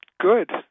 good